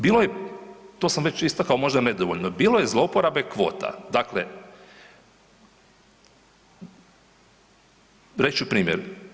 Bilo je, to sam već istakao možda nedovoljno, bilo je zlouporabe kvota, dakle reći ću primjer.